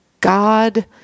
God